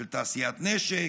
של תעשיית נשק,